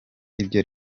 ibyo